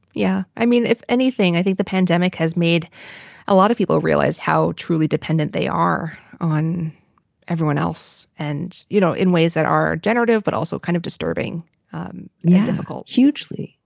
yeah. i mean, if anything, i think the pandemic has made a lot of people realize how truly dependent they are on everyone else. and, you know, in ways that are generative, but also kind of disturbing yeah, difficult. hugely.